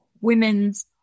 women's